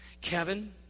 Kevin